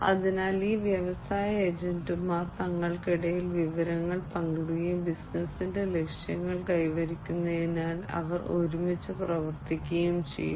അതിനാൽ ഈ വ്യവസായ ഏജന്റുമാർ തങ്ങൾക്കിടയിൽ വിവരങ്ങൾ പങ്കിടുകയും ബിസിനസിന്റെ ലക്ഷ്യങ്ങൾ കൈവരിക്കുന്നതിനായി അവർ ഒരുമിച്ച് പ്രവർത്തിക്കുകയും ചെയ്യും